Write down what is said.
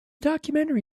documentary